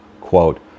quote